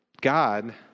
God